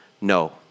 no